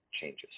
changes